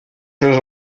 jeux